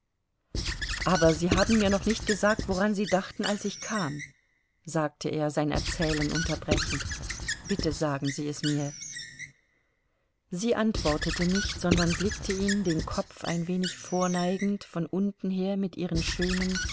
aber sie haben mir noch nicht gesagt woran sie dachten als ich kam sagte er sein erzählen unterbrechend bitte sagen sie es mir sie antwortete nicht sondern blickte ihn den kopf ein wenig vorneigend von unten her mit ihren schönen